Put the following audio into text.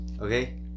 Okay